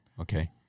Okay